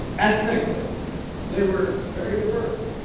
ethnically they were very diverse.